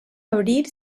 abrir